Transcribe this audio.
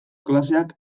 klaseak